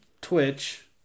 Twitch